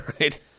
right